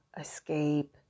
escape